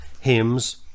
hymns